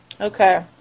Okay